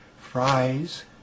fries